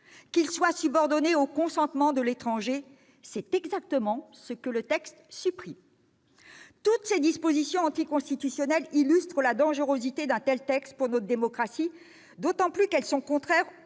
qu'il soit subordonné au consentement de l'étranger. Or c'est exactement ce que le texte supprime. Toutes ces dispositions anticonstitutionnelles illustrent la dangerosité d'un tel texte pour notre démocratie, d'autant plus qu'elles sont contraires